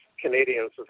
Canadians